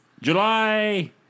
July